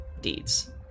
deeds